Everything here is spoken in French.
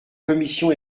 commission